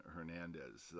Hernandez